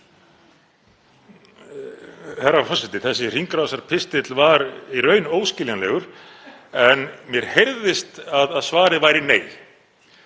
Herra forseti. Þessi hringrásarpistill var í raun óskiljanlegur, en mér heyrðist að svarið væri nei,